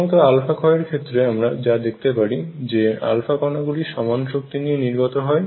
প্রথমত α ক্ষয়ের ক্ষেত্রে আমরা যা দেখতে পারি যে আলফা কণা গুলি সমান শক্তি নিয়ে নির্গত হয়